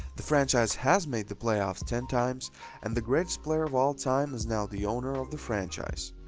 the franchise has made the playoffs ten times and the greatest player of all time is now the owner of the franchise.